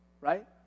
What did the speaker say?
right